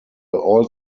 all